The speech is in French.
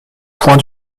points